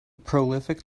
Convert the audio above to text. prolific